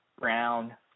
brown